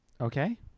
Okay